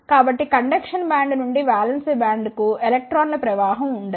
కాబట్టి conduction band నుండి valence బ్యాండ్కు ఎలక్ట్రాన్ల ప్రవాహం ఉండదు